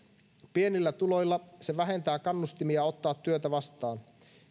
pienillä tuloilla se vähentää kannustimia ottaa työtä vastaan